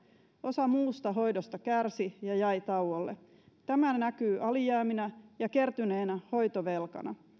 osa muusta hoidosta kärsi ja jäi tauolle tämä näkyy alijääminä ja kertyneenä hoitovelkana